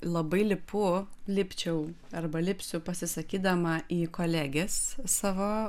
labai lipu lipčiau arba lipsiu pasisakydama į kolegės savo